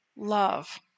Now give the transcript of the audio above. love